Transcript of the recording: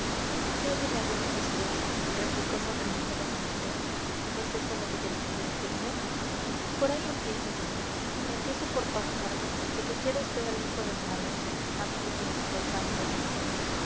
qué adulador es vd replicó sonriendo vagamente es eso lo que tenía que decirme por ahí empiezo niña mía empiezo por pasmarme de que quiera vd al hijo de don alonso habiendo en el mundo tanto bueno